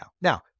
Now